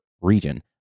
region